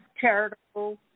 charitable